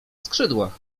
skrzydłach